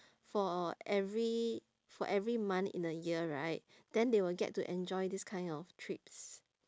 for every for every month in a year right then they will get to enjoy this kind of trips